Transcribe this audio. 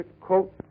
quote